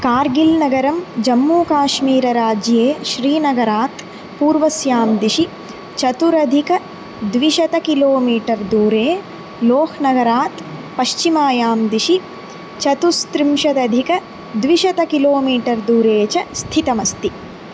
कार्गिल्नगरं जम्मूकाश्मीरराज्ये श्रीनगरात् पूर्वस्यां दिशि चतुरधिकद्विशतं किलोमीटर् दूरे लोहनगरात् पश्चिमायां दिशि चतुस्त्रिंशदधिकद्विशतं किलोमीटर् दूरे च स्थितमस्ति